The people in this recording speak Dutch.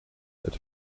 het